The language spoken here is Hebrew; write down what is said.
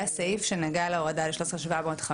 היה סעיף שנגע להורדה ל-13,750.